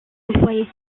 employés